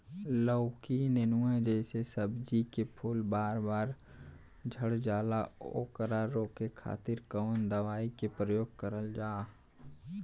लौकी नेनुआ जैसे सब्जी के फूल बार बार झड़जाला ओकरा रोके खातीर कवन दवाई के प्रयोग करल जा?